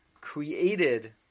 created